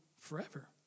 forever